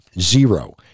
zero